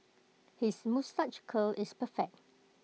his moustache curl is perfect